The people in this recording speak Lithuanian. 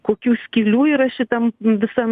kokių skylių yra šitam visam